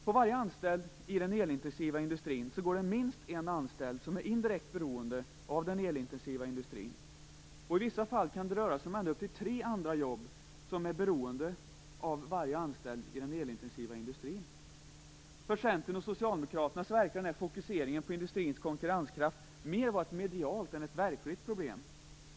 På varje anställd inom den elintensiva industrin går det minst en anställd som indirekt är beroende av den elintensiva industrin. I vissa fall kan det röra sig om ända upp till tre andra jobb som är beroende av varje anställd inom den elintensiva industrin. För Centern och Socialdemokraterna verkar den här fokuseringen på industrins konkurrenskraft vara ett medialt problem mer än ett verkligt problem.